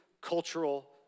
cultural